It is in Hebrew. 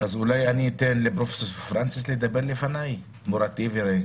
פרופסור רדאי, לדבר לפניו.